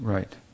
Right